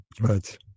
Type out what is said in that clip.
Right